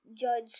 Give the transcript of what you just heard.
judge